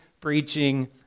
preaching